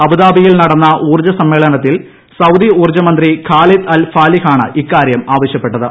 അബുദാബിയിൽ നടന്ന ഊർജ്ജ സമ്മേളനത്തിൽ സൌദി ഊർജ്ജ മന്ത്രി ഖാലിദ് അൽ ഫാലിഹാണ് ഇക്കാര്യം ആവശ്യപ്പെട്ടത്